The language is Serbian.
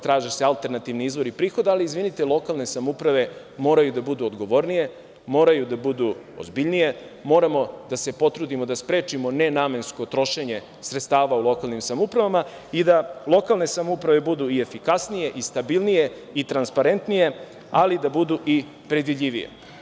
Traže se alternativni izvori prihoda, ali izvinite, lokalne samouprave moraju da budu odgovornije, moraju da budu ozbiljnije, moramo da se potrudimo da sprečimo nenamensko trošenje sredstava u lokalnim samoupravama i da lokalne samouprave budu efikasnije, stabilnije i transparentnije, ali da budu i predvidljivije.